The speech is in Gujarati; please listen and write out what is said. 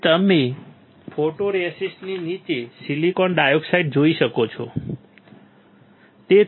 કે તમે ફોટોરિસ્ટની નીચે સિલિકોન ડાયોક્સાઇડ જોઈ શકો છો